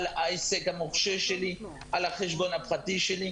על ההישג המורשה שלי, על החשבון הפרטי שלי.